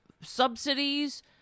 subsidies